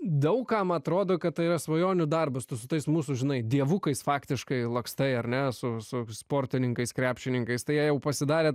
daug kam atrodo kad tai yra svajonių darbas tu su tais mūsų žinai dievukais faktiškai lakstai ar ne su su sportininkais krepšininkais tai jie jau pasidarė